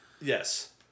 Yes